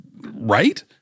right